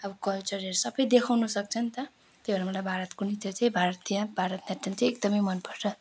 अब कल्चरहरू सबै देखाउन सक्छ नि त त्यही भएर मलाई भारतको नृत्य चाहिँ भारतीय भारत नाट्यम चाहिँ एकदमै मनपर्छ